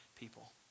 people